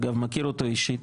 אגב אני מכיר אותו אישית,